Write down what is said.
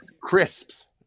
crisps